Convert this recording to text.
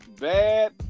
Bad